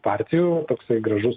partijų toksai gražus